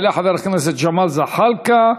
יעלה חבר הכנסת ג'מאל זחאלקה,